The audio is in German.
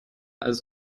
als